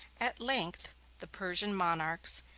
at length the persian monarchs,